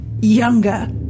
younger